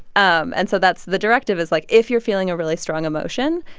um and so that's the directive is, like, if you're feeling a really strong emotion,